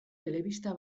telebista